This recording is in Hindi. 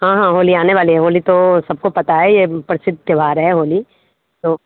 हाँ हाँ होली आने वाले है होली तो सबको पता है यह प्रसिद्ध त्यौहार है होली तो